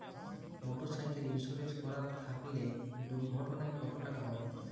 Motorcycle insurance করা থাকলে দুঃঘটনায় কতটাকা পাব?